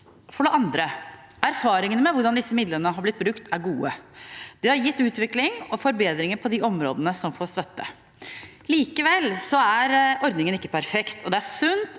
For det andre: Erfaringene med hvordan disse midlene har blitt brukt, er gode. Det har gitt utvikling og forbedringer på de områdene som får støtte. Likevel er ikke ordningen perfekt, og det er sunt